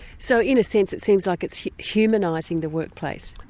so in a sense it seems like it's humanising the workplace.